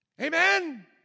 Amen